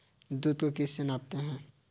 दूध को किस से मापते हैं?